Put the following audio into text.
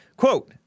Quote